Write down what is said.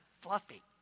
fluffy